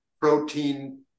protein